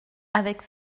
avec